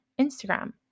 Instagram